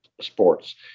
sports